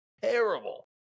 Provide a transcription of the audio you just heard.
terrible